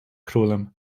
królem